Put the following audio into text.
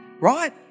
right